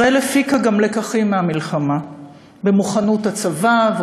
ישראל גם הפיקה לקחים מהמלחמה במוכנות הצבא,